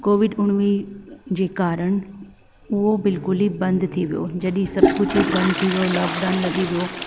Covid उणिवीह जे कारणु उहो बिल्कुल ई बंदि थी वियो जॾहिं सभु कुझु ई बंदि थी वियो लॉकडाउन लॻी वियो